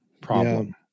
problem